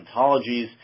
ontologies